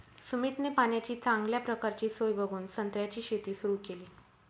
सुमितने पाण्याची चांगल्या प्रकारची सोय बघून संत्र्याची शेती सुरु केली